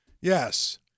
Yes